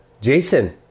Jason